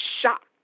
shocked